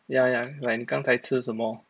ya ya like 你刚才吃什么